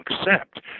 accept